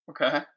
Okay